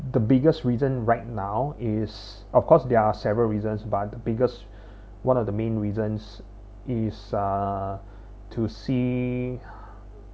the biggest reason right now is of course there are several reasons but the biggest one of the main reasons is uh to see